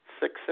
Six